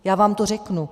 Já vám to řeknu.